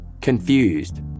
Confused